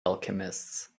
alchemists